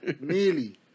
nearly